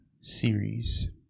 series